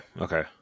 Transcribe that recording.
okay